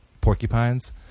Porcupines